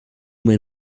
men